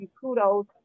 kudos